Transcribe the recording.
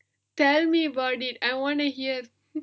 tell me about it I want to hear